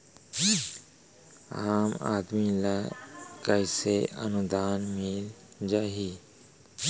आम आदमी ल कइसे अनुदान मिल जाही?